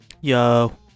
Yo